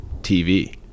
TV